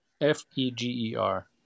F-E-G-E-R